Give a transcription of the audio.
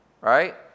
Right